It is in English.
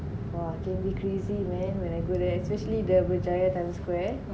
!wah! can be crazy man when I go there especially the berjaya time square